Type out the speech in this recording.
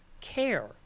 care